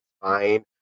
fine